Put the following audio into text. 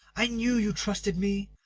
i knew you trusted me!